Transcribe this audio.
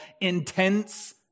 intense